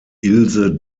ilse